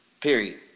period